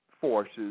forces